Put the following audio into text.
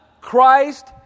Christ